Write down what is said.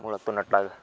ಮುಳ್ಳು ಅಂತು ನಟ್ಟಾಗ